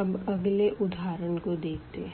अब अगले उदाहरण को देखते है